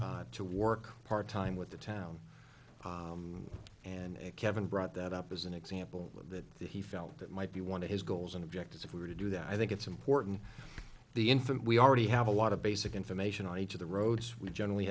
to work part time with the town and kevin brought that up as an example of that that he felt that might be one of his goals and objectives if we were to do that i think it's important the infant we already have a lot of basic information on each of the roads we generally